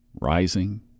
rising